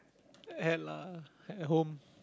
had lah at home